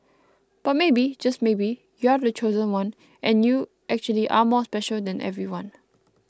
but maybe just maybe you're the chosen one and you actually are more special than everyone